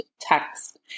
text